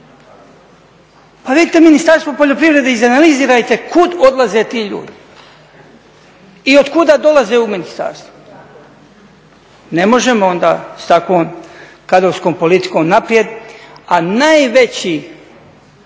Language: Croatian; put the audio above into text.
Pa vidite Ministarstvo poljoprivrede i izanalizirajte kud odlaze ti ljudi i od kuda dolaze u ministarstvo. Ne možemo onda s takvom kadrovskom politikom naprijed, a najveća